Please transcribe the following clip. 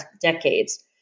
decades